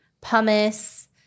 pumice